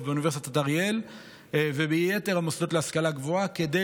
באוניברסיטת אריאל וביתר המוסדות להשכלה גבוהה כדי